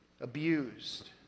abused